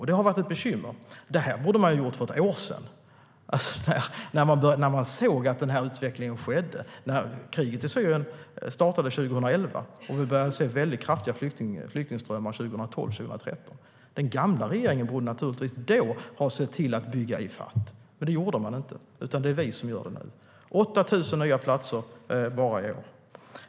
Detta har varit ett bekymmer, och man borde ha gjort detta redan för ett år sedan när man såg att denna utveckling skedde. När kriget i Syrien startade 2011 och vi började se väldigt kraftiga flyktingströmmar 2012-2013 borde den gamla regeringen naturligtvis ha sett till att bygga i fatt. Men det gjorde man inte, utan det är vi som gör det nu - 8 000 nya platser bara i år.